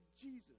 Jesus